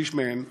שליש מהן,